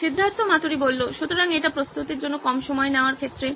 সিদ্ধার্থ মাতুরি সুতরাং এটি প্রস্তুতির জন্য কম সময় নেওয়ার ক্ষেত্রে